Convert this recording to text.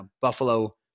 Buffalo